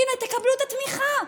הינה, תקבלו את התמיכה,